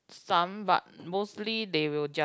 some but mostly they will just